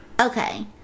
Okay